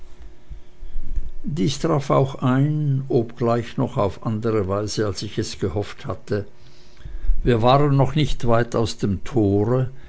dies traf auch ein obgleich noch auf andere weise als ich es gehofft hatte wir waren noch nicht weit aus dem tore